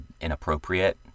inappropriate